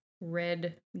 red